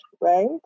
right